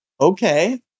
Okay